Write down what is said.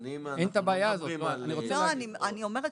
בחיסונים אנחנו לא מדברים --- אני אומרת